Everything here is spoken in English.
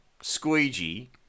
squeegee